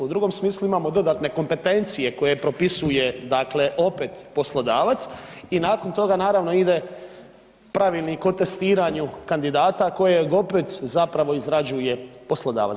U drugom smislu imamo dodatne kompetencije koje propisuje dakle opet poslodavac i nakon toga naravno ide Pravilnik o testiranju kandidata kojeg opet zapravo izrađuje poslodavac.